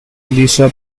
lisa